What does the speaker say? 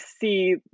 see